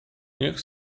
niech